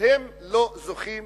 הם לא זוכים